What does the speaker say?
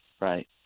right